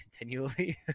continually